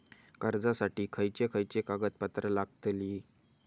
कर्जासाठी खयचे खयचे कागदपत्रा लागतली?